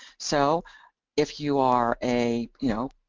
so if you are a, you know,